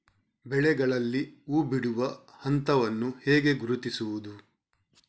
ಬೆಳೆಗಳಲ್ಲಿ ಹೂಬಿಡುವ ಹಂತವನ್ನು ಹೇಗೆ ಗುರುತಿಸುವುದು?